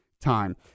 time